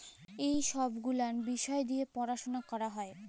ই ছব গুলাল বিষয় দিঁয়ে পরাশলা ক্যরা হ্যয়